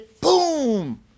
boom